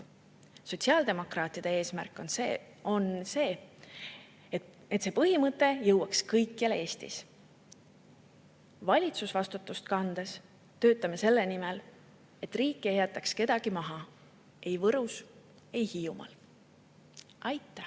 Sotsiaaldemokraatide eesmärk on, et seda põhimõtet järgitaks kõikjal Eestis. Valitsusvastutust kandes töötame selle nimel, et riik ei jätaks kedagi maha – ei Võrus ega Hiiumaal. Aitäh!